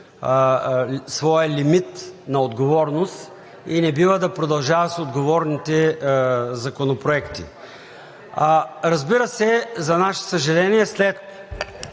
своя лимит на отговорност и не бива да продължава с отговорните законопроекти. Разбира се, за наше съжаление, след